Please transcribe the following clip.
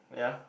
yeah